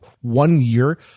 one-year